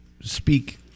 speak